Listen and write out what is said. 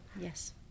Yes